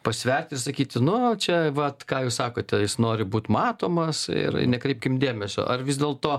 pasverti ir sakyti nu čia vat ką jūs sakote jis nori būt matomas ir nekreipkim dėmesio ar vis dėlto